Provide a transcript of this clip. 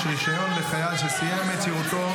ואם שרה אומרת את זה לחטופה,